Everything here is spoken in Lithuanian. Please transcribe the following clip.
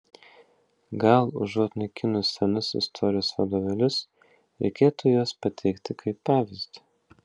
gal užuot naikinus senus istorijos vadovėlius reikėtų juos pateikti kaip pavyzdį